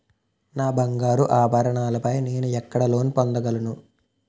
నా బంగారు ఆభరణాలపై నేను ఎక్కడ లోన్ పొందగలను?